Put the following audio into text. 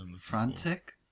Frantic